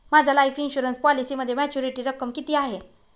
माझ्या life insurance पॉलिसीमध्ये maturity रक्कम किती आहे?